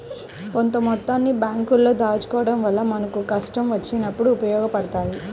కొంత మొత్తాన్ని బ్యేంకుల్లో దాచుకోడం వల్ల మనకు కష్టం వచ్చినప్పుడు ఉపయోగపడతయ్యి